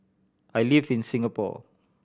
I live in Singapore